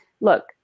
look